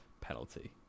penalty